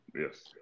yes